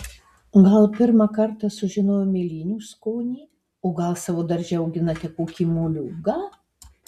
gal pirmą kartą sužinojo mėlynių skonį o gal savo darže auginate kokį moliūgą